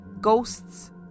Ghosts